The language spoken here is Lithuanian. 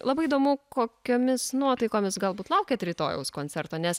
labai įdomu kokiomis nuotaikomis galbūt laukiat rytojaus koncerto nes